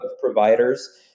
providers